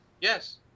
Yes